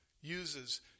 uses